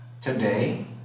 Today